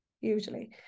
usually